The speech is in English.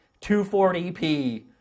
240p